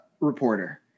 reporter